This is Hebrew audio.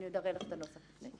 אני אראה לך את הנוסח לפני כן.